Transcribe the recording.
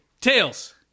Tails